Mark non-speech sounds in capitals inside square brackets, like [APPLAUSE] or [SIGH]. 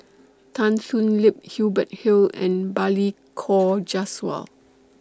Tan Thoon Lip Hubert Hill and Balli Kaur [NOISE] Jaswal